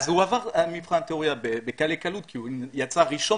הוא עבר מבחן תיאוריה בקלי קלות כי הוא סיים ראשון